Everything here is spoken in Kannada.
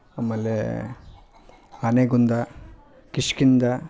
ಆಮೇಲೆ ಆನೆಗೊಂದಿ ಕಿಷ್ಕಿಂದೆ